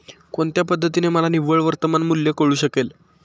कोणत्या पद्धतीने मला निव्वळ वर्तमान मूल्य कळू शकेल?